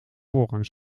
voorrang